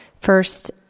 first